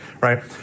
right